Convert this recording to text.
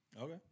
Okay